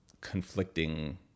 conflicting